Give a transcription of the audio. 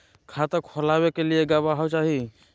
खाता खोलाबे के लिए गवाहों चाही?